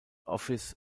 office